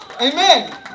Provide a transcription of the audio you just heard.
Amen